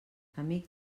amic